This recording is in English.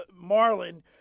Marlin